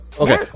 Okay